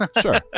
sure